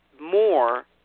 more